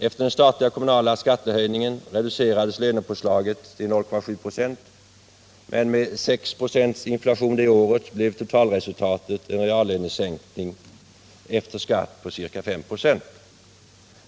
Efter den statliga och kommunala skattehöjningen reducerades lönepåslaget till 0,7 926, men med 6 96 inflation det året blev totalresultatet en reallöneminskning efter skatt på ca 5 96.